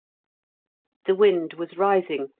the wind was rising,